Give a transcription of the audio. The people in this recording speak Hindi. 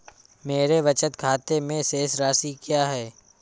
मेरे बचत खाते में शेष राशि क्या है?